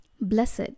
Blessed